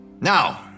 Now